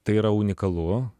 tai yra unikalu